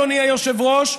אדוני היושב-ראש,